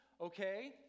Okay